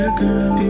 girl